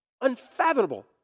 Unfathomable